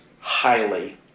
highly